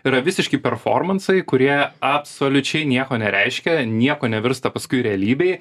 yra visiški performansai kurie absoliučiai nieko nereiškia niekuo nevirsta paskui realybėj